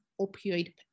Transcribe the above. opioid